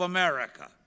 America